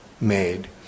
Made